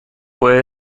puede